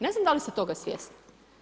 Ne znam da li ste toga svjesni?